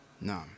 no